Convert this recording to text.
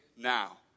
now